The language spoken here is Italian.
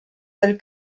del